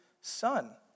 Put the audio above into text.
son